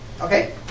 Okay